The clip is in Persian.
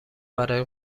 برای